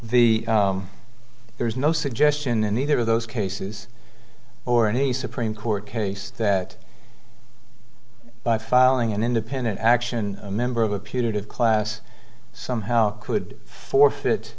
the there is no suggestion in either of those cases or any supreme court case that by filing an independent action a member of a putative class somehow could forfeit